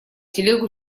телегу